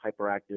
hyperactive